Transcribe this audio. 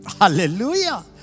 Hallelujah